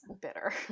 bitter